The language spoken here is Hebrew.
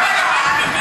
אומר?